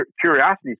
curiosity